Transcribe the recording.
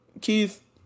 Keith